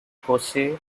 posey